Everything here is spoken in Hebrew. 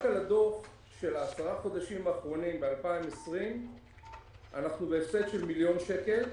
רק על הדוח של 10 החודשים האחרונים אנחנו בהפסד של מיליון שקל,